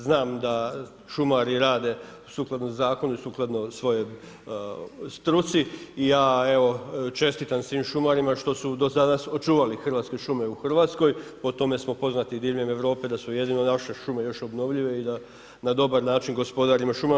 Znam da šumari rade sukladno zakonu i sukladno svojoj struci i ja evo čestitam svim šumarima što su do danas očuvali Hrvatske šume u Hrvatskoj, po tome smo poznati i diljem Europe da su jedno naše šume još obnovljive i da na dobar način gospodarimo šumama.